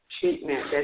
treatment